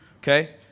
Okay